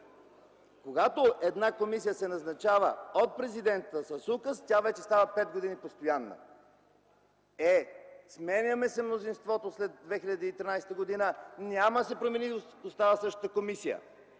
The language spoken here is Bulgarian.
когато една комисия се назначава от президента с указ, тя вече става пет години постоянна. Е, сменяме се мнозинството след 2013 г., няма да се промени и остава същата комисия.